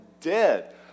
dead